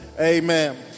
Amen